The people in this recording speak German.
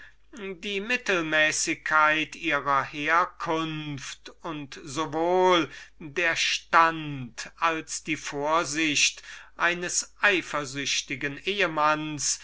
die mittelmäßigkeit ihrer herkunft und sowohl der stand als die vorsicht eines eifersüchtigen ehmannes